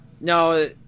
no